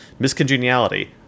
miscongeniality